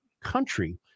country